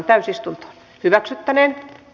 keskustelua ei syntynyt